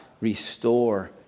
restore